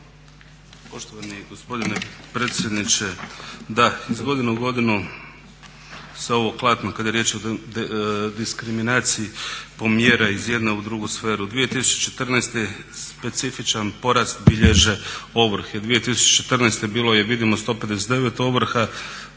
Poštovani gospodine predsjedniče. Da, iz godine u godinu sa ovog klatna kad je riječ o diskriminaciji pomjera iz jedne u drugu sferu. 2014. specifičan porast bilježe ovrhe, 2014. bilo je vidimo 159